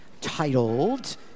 titled